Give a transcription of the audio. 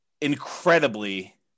incredibly